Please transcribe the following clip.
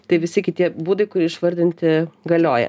tai visi kiti būdai kurie išvardinti galioja